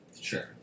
Sure